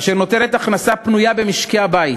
וכאשר נותרת הכנסה פנויה במשקי-הבית